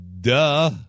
Duh